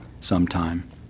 sometime